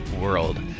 world